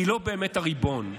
היא לא באמת הריבון.